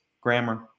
grammar